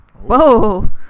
Whoa